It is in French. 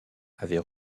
avait